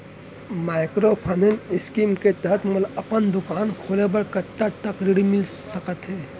Microfinance scheme के तहत मोला अपन दुकान खोले बर कतना तक के ऋण मिलिस सकत हे?